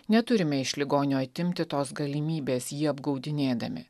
neturime iš ligonio atimti tos galimybės jį apgaudinėdami